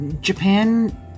Japan